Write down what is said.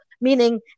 meaning